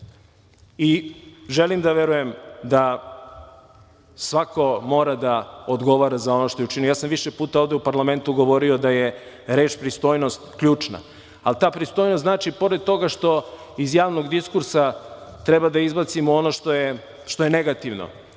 desilo. Želim da verujem da svako mora da odgovara za ono što je učinio. Ja sam više puta ovde u parlamentu govorio da je reč pristojnost ključna, ali ta pristojnost znači pored toga što iz javnog diskursa treba da izbacimo ono što je negativno,